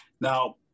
Now